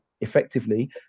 effectively